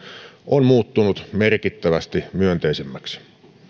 on muuttunut merkittävästi myönteisemmäksi